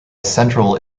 central